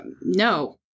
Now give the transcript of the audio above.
No